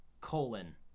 colon